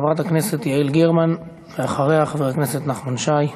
חבר הכנסת יעל גרמן, ואחריה, חבר הכנסת נחמן שי.